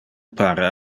pare